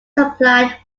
supplied